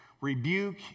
rebuke